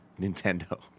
Nintendo